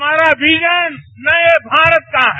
हमारा विजन नए भारत का है